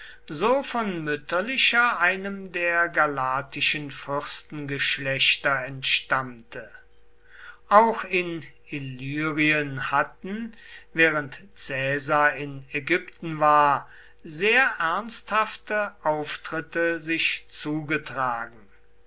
so von mütterlicher einem der galatischen fürstengeschlechter entstammte auch in illyrien hatten während caesar in ägypten war sehr ernsthafte auftritte sich zugetragen